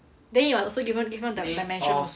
then you're also given give them the dimensions also